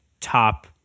top